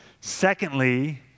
Secondly